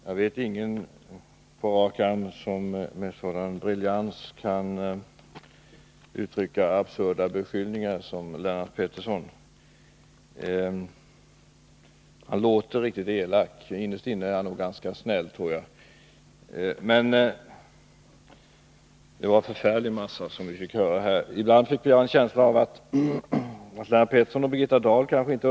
Fru talman! Jag känner inte till någon som med en sådan briljans kan framföra absurda beskyllningar som Lennart Pettersson — han låter riktigt elak, men jag tror att han innerst inne är ganska snäll. Det var en förfärlig mängd beskyllningar vi fick höra här. Ibland fick jag en känsla av att Lennart Pettersson och Birgitta Dahl inte umgås.